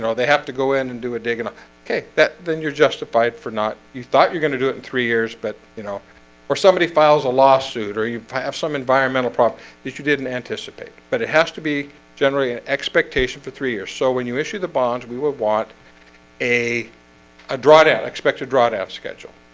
they have to go in and do a digging up okay that then you're justified for not you thought you're gonna do it in three years but you know or somebody files a lawsuit or you have some environmental problem that you didn't anticipate but it has to be generally an expectation for three years. so when you issue the bonds we would want a a drawdown expect a drawdown schedule,